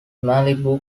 malibu